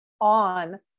on